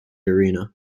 arena